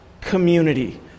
community